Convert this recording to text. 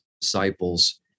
disciples